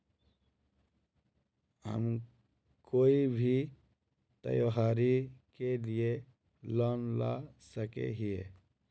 हम कोई भी त्योहारी के लिए लोन ला सके हिये?